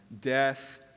death